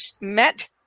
met